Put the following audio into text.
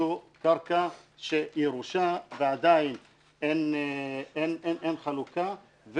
זו קרקע של ירושה ועדיין אין חלוקה.